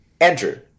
Andrew